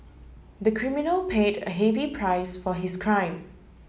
the criminal paid a heavy price for his crime